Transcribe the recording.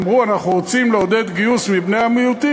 אמרו: אנחנו רוצים לעודד גיוס מבני-המיעוטים,